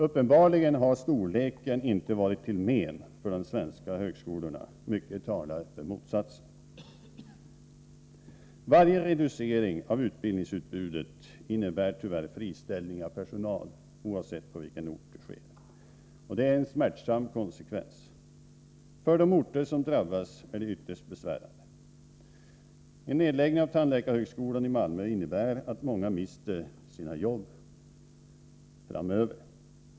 Uppenbarligen har storleken inte varit till men för de svenska högskolorna — mycket talar för motsatsen. Varje reducering av utbildningsutbudet innebär tyvärr friställning av personal, oavsett på vilken ort det sker, och det är en smärtsam konsekvens. För de orter som drabbas är det ytterst besvärande. Nedläggningen av tandläkarhögskolan i Malmö innebär att många mister sina jobb.